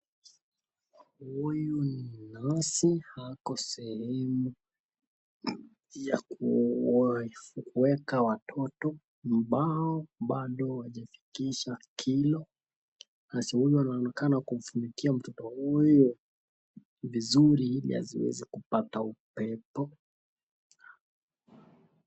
Huyu ni nasi ako sehemu ya kuwaweka watoto ambao bada hawajafikisha kilo. Nasi huyu anaonekana kumfunikia mtoto huyu vizuri ili asiweze kupata upepo.